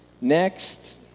Next